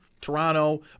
Toronto